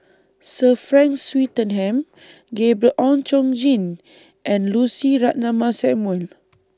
Sir Frank Swettenham Gabriel Oon Chong Jin and Lucy Ratnammah Samuel